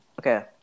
Okay